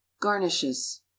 Garnishes